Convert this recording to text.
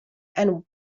and